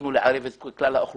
דאגנו לערב את כלל האוכלוסייה,